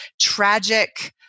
tragic